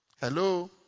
Hello